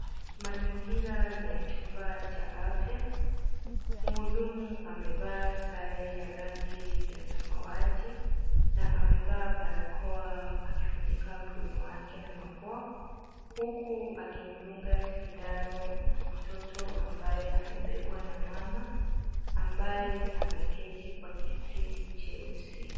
Mazingira ni ya chumba cha afya. Mhudumu amevaa sare ya rangi ya samawati na amevaa barakoa akifunika mdomo wake na mapua, huku akimdunga sindano mtoto ambaye amebebwa na mama ambaye ameketi kwa kiti kieusi.